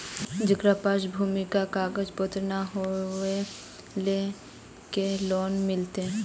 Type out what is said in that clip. जेकरा पास भूमि का कागज पत्र न है वो लोग के लोन मिलते?